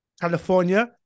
California